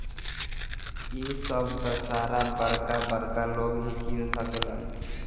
इ सभ त सारा बरका बरका लोग ही किन सकेलन